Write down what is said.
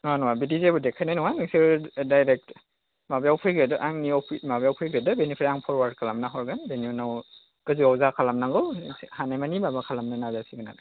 नङा नङा बिदि जेबो देखायनाय नङा नोंसोर डायरेक्ट माबायाव फैग्रोदो आंनियाव माबायाव फैग्रोदो बेनिफ्राय आं फर्वार्ड खालामना हरगोन बेनि उनाव गोजौआव जा खालामनांगौ हानायमानि माबा खालामनो नाजासिगोन आरो